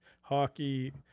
hockey